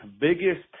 biggest